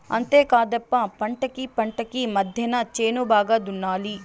అంతేకాదప్ప పంటకీ పంటకీ మద్దెన చేను బాగా దున్నాలి